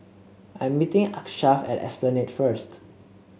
I'm meeting Achsah at Esplanade first